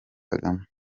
kagame